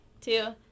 two